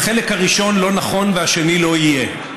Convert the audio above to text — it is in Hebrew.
החלק הראשון לא נכון, והשני לא יהיה.